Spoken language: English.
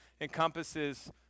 encompasses